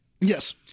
Yes